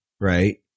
Right